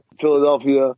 Philadelphia